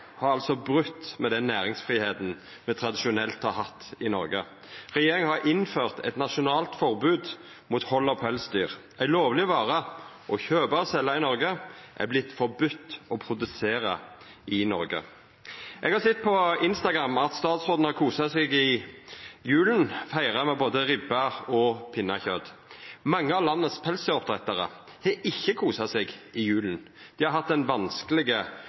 har altså brote med den næringsfridomen me tradisjonelt har hatt i Noreg. Regjeringa har innført eit nasjonalt forbod mot hald av pelsdyr – ei lovleg vare å kjøpa og selja i Noreg har vorte forboden å produsera i Noreg. Eg har sett på Instagram at statsråden har kosa seg i jula og feira med både ribbe og pinnekjøt. Mange av dei i landet som driv med oppdrett av pelsdyr, har ikkje kosa seg i jula. Dei har